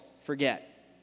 forget